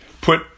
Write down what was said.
put